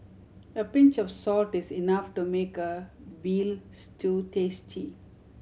a pinch of salt is enough to make a veal stew tasty